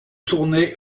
tournai